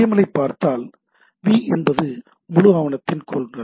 L ஐப் பார்த்தால் v என்பது முழு ஆவணத்தின் கொள்கலன்